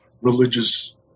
religious